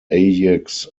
ajax